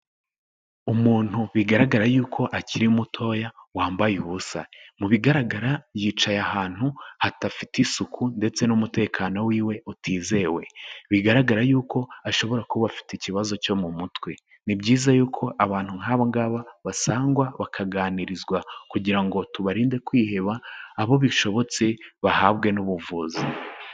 Umuntu bigaragara yuko akiri mutoya, wambaye ubusa, mu bigaragara yicaye ahantu hadafite isuku ndetse n'umutekano wiwe utizewe, bigaragara yuko ashobora kuba afite ikibazo cyo mu mutwe, ni byiza yuko abantu nk'abo ngabo basangwa bakaganirizwa kugira ngo tubarinde kwiheba abo bishobotse bahabwe n'ubuvuzi.